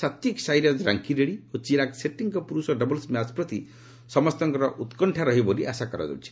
Satwik Sairaj Rankireddy ଓ ଚିରାଗ୍ ସେଟ୍ଟୀଙ୍କ ପୁରୁଷ ଡବଲ୍ସ ମ୍ୟାଚ୍ ପ୍ରତି ସମସ୍ତଙ୍କର ଉତ୍କଣ୍ଠା ରହିବ ବୋଲି ଆଶା କରାଯାଉଛି